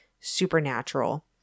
supernatural